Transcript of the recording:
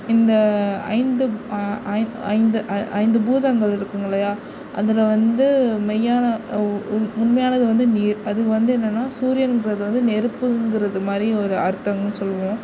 இந்த ஐந்து ஐ ஐந்து ஐ ஐந்து பூதங்கள் இருக்குதுங்க இல்லையா அதில் வந்து மெய்யான உ உண் உண்மையானது வந்து நீர் அது வந்து என்னென்னா சூரியன்கிறது வந்து நெருப்புங்கிறது மாதிரியும் ஒரு அர்த்தம் சொல்லுவோம்